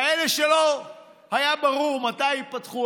כאלה שלא היה ברור מתי ייפתחו,